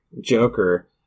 Joker